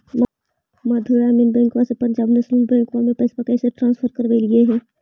मध्य ग्रामीण बैंकवा से पंजाब नेशनल बैंकवा मे पैसवा ट्रांसफर कैसे करवैलीऐ हे?